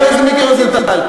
חבר הכנסת מיקי רוזנטל,